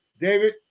David